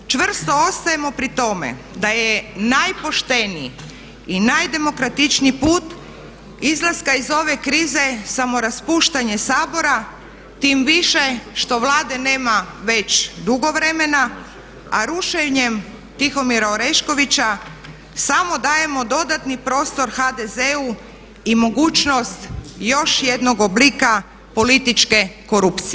Čvrsto ostajemo pri tome da je najpošteniji i najdemokratičniji put izlaska iz ove krize samo raspuštanje Sabora tim više što Vlade nema već dugo vremena a rušenjem Tihomira Oreškovića samo dajemo dodatni prostor HDZ-u i mogućnost još jednog oblika političke korupcije.